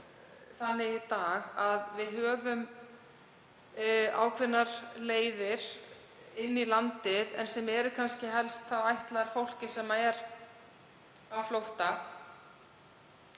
þannig í dag að við höfum ákveðnar leiðir inn í landið sem eru kannski helst ætlaðar fólki sem er á flótta.